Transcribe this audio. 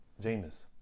James